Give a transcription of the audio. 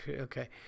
okay